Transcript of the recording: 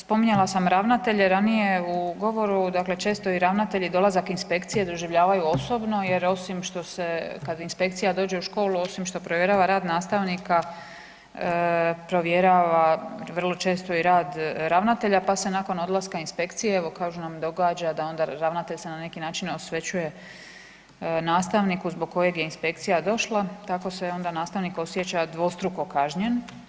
Spominjala sam ravnatelje ranije u govoru, dakle često i ravnatelji dolazak inspekcije doživljavaju osobno, jer osim što se, kad inspekcija dođe u školu osim što provjerava rad nastavnika, provjerava vrlo često i rad ravnatelja, pa se nakon odlaska inspekcije, evo kažu nam, događa da onda ravnatelj se onda na neki način osve uje nastavniku zbog kojeg je inspekcija došla, tako se onda nastavnik osjeća dvostruko kažnjen.